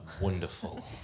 wonderful